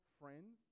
friends